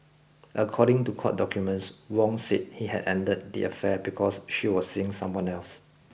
according to court documents Wong said he had ended the affair because she was seeing someone else